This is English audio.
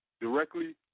directly